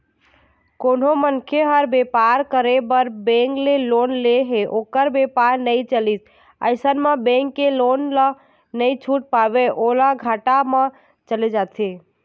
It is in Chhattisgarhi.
कोनो मनखे ह बेपार करे बर बेंक ले लोन ले हे ओखर बेपार नइ चलिस अइसन म बेंक के लोन ल नइ छूट पावय ओहा घाटा म चले जाथे